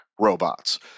robots